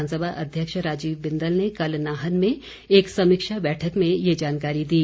विधानसभा अध्यक्ष राजीव बिंदल ने कल नाहन में एक समीक्षा बैठक में ये जानकारी दी